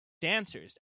dancers